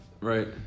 Right